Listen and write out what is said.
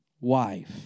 wife